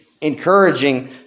encouraging